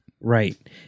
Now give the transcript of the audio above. Right